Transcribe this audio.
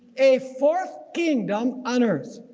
a fourth kingdom on earth